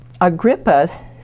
Agrippa